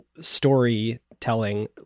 storytelling